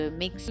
mix